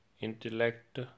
intellect